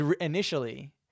initially